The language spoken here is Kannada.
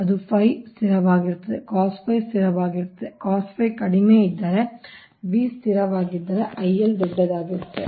ಅದು ಸ್ಥಿರವಾಗಿರುತ್ತದೆ ಸ್ಥಿರವಾಗಿರುತ್ತದೆ ಕಡಿಮೆ ಇದ್ದರೆ V ಸ್ಥಿರವಾಗಿದ್ದರೆ ದೊಡ್ಡದಾಗಿರುತ್ತದೆ